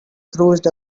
cruised